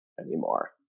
anymore